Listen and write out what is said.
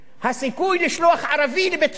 הסיכוי לשלוח ערבי לבית-סוהר